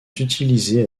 utilisés